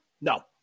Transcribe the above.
No